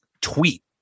tweet